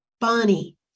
Bonnie